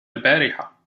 البارحة